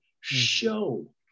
show